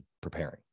preparing